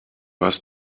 hast